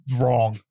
wrong